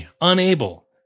unable